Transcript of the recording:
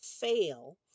fail